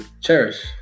cherish